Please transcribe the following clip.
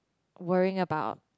worrying about